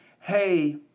hey